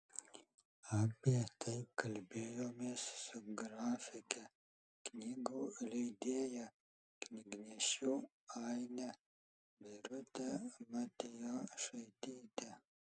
apie tai kalbėjomės su grafike knygų leidėja knygnešių aine birute matijošaityte